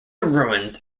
ruins